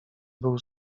był